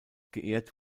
geehrt